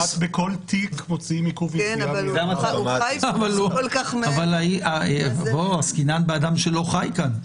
בכל תיק מוציאים עיכוב יציאה --- אבל עסקינן באדם שלא חי כאן.